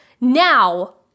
Now